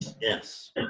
yes